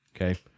okay